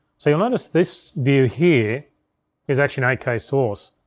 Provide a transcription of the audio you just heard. so you'll notice this view here is actually an eight k source.